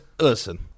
Listen